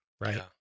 right